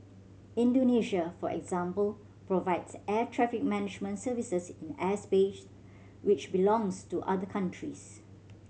Indonesia for example provides air traffic management services in airspace which belongs to other countries